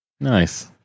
nice